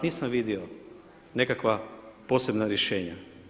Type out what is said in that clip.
Nisam vidio nekakva posebna rješenja.